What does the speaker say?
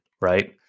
right